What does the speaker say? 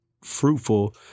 fruitful